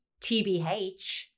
TBH